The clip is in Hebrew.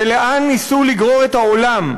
ולאן ניסו לגרור את העולם,